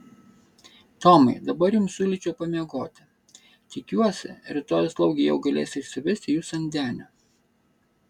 tomai dabar jums siūlyčiau pamiegoti tikiuosi rytoj slaugė jau galės išsivesti jus ant denio